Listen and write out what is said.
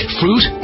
fruit